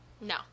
No